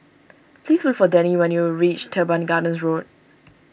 please look for Dannie when you reach Teban Gardens Road